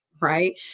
right